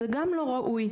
זה גם לא ראוי.